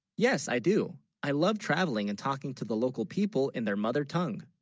yes i do i love travelling and talking to the local people in their mother tongue